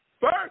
First